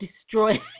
destroy